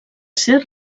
ser